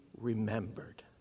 remembered